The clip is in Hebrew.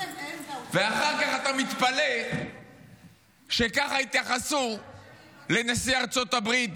ואחר כך אתה מתפלא שכך התייחסו לנשיא ארצות הברית,